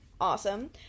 Awesome